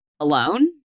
Alone